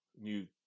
new